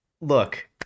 Look